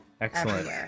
Excellent